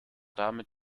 damit